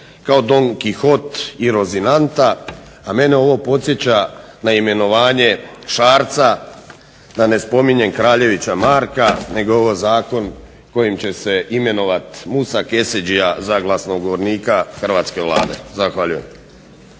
kao Don Quijot i Rozinanta, a mene ovo podsjeća na imenovanje Šarca da ne spominjem kraljevića Marka, nego je ovo zakon kojim će se imenovat Musa Keseđija za glasnogovornika hrvatske Vlade. Zahvaljujem.